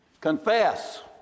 Confess